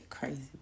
Crazy